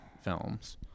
films